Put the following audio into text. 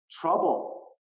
trouble